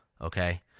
okay